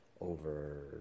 over